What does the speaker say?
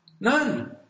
None